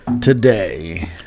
today